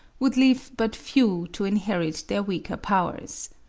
would leave but few to inherit their weaker powers.